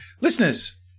Listeners